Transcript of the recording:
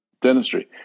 dentistry